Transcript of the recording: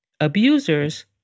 Abusers